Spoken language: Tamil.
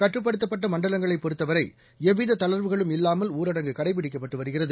கட்டுப்படுத்தப்பட்டமண்டலங்களைப் பொறுத்தவரைஎவ்விததளர்வுகளும் இல்லாமல் ஊரடங்கு கடைபிடிக்கப்பட்டுவருகிறது